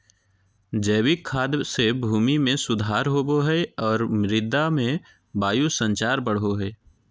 जैविक खाद से भूमि में सुधार होवो हइ और मृदा में वायु संचार बढ़ो हइ